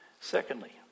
secondly